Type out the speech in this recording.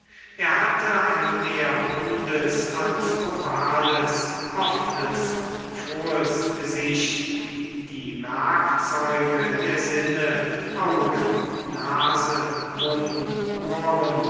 er hatte ein mehr rundes als ovales offnes frohes gesicht die werkzeuge der sinne augen nase mund ohren